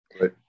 Right